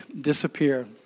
disappear